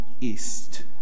east